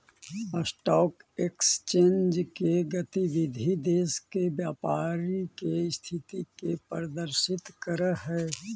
stock exchange के गतिविधि देश के व्यापारी के स्थिति के प्रदर्शित करऽ हइ